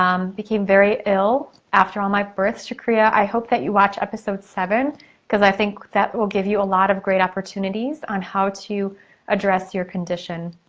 um became very ill after all my births. sha-cria, i hope that you watch episode seven cause i think that will give you a lot of great opportunities on how to address your condition.